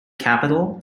capital